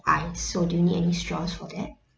ice so do you need any straws for that